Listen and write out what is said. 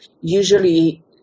usually